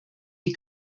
die